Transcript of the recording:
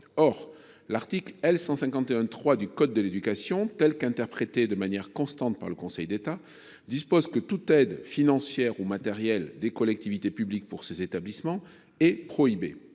Or l’article L. 151 3 du code de l’éducation, tel qu’il est interprété de manière constante par le Conseil d’État, dispose que toute aide, financière ou matérielle, des collectivités publiques à ces établissements est prohibée.